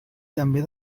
també